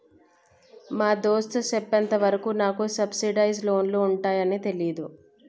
మా దోస్త్ సెప్పెంత వరకు నాకు సబ్సిడైజ్ లోన్లు ఉంటాయాన్ని తెలీదు